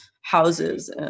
houses